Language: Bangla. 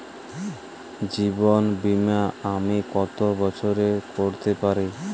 জীবন বীমা আমি কতো বছরের করতে পারি?